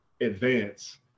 advance